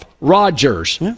Rodgers